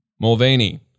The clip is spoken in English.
Mulvaney